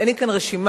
אין לי כאן רשימה,